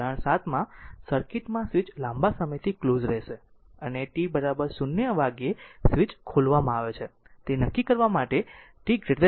ઉદાહરણ 7માં સર્કિટ માં સ્વીચ લાંબા સમયથી ક્લોઝ રહેશે અને t 0 વાગ્યે સ્વીચ ખોલવામાં આવે છે તે નક્કી કરવા માટે t 0